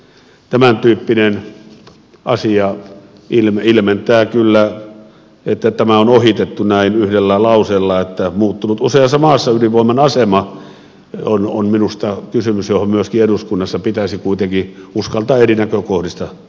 tämäntyyppinen asia että tämä on ohitettu näin yhdellä lauseella että ydinvoiman asema on muuttunut useassa maassa on minusta kysymys johon myöskin eduskunnassa pitäisi kuitenkin uskaltaa eri näkökohdista tarttua